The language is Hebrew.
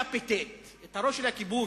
decapitate, את הראש של הכיבוש,